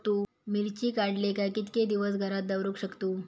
मिर्ची काडले काय कीतके दिवस घरात दवरुक शकतू?